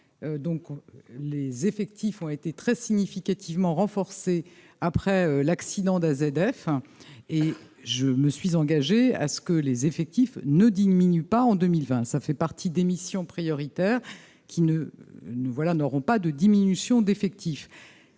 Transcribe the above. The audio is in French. donc, les effectifs ont été très significativement renforcés après l'accident d'AZF et je me suis engagé à ce que les effectifs ne diminuent pas en 2020, ça fait partie des missions prioritaires qui ne nous voilà n'auront pas de diminution d'effectifs,